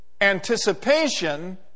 anticipation